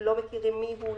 לא מכירים מי הוא,